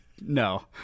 No